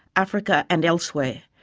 africa and elsewhere,